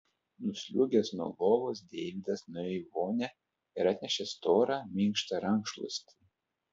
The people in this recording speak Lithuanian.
nusliuogęs nuo lovos deividas nuėjo į vonią ir atnešė storą minkštą rankšluostį